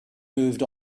moved